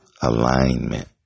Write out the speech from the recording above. alignment